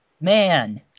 Man